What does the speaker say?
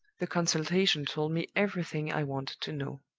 the consultation told me everything i wanted to know.